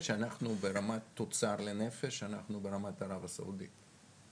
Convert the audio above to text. אנחנו ברמת תוצר לנפש ברמת ערב הסעודית.